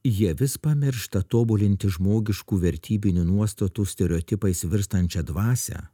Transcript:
jie vis pamiršta tobulinti žmogiškų vertybinių nuostatų stereotipais virstančią dvasią